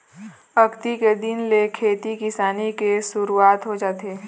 अक्ती के दिन ले खेती किसानी के सुरूवात हो जाथे